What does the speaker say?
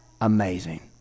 amazing